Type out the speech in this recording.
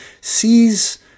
sees